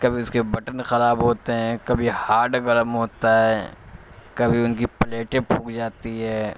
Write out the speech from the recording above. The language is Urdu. کبھی اس کے بٹن خراب ہوتے ہیں کبھی ہاڈ گرم ہوتا ہے کبھی ان کی پلیٹیں پھک جاتی ہے